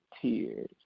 tears